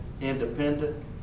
independent